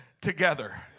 together